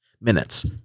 Minutes